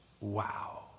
Wow